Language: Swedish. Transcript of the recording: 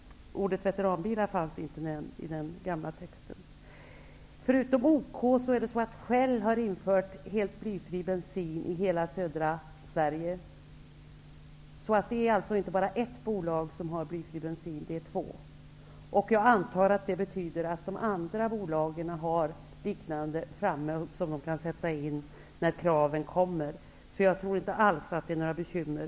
Ordet veteranbilar fanns inte nämnt i den gamla texten. Förutom OK har Shell infört helt blyfri bensin i hela södra Sverige. Det är alltså inte enbart ett bolag som har blyfri bensin, utan det är två. Jag antar att det betyder att de andra bolagen har liknande produkter som de kan sätta in när kraven kommer. Jag tror inte alls att det är några bekymmer.